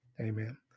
Amen